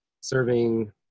serving